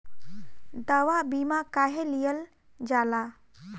दवा बीमा काहे लियल जाला?